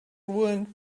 ruined